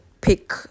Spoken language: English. pick